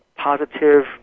positive